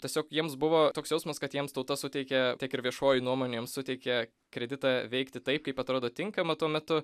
tiesiog jiems buvo toks jausmas kad jiems tauta suteikė tiek ir viešoji nuomonė jiem suteikė kreditą veikti taip kaip atrodo tinkama tuo metu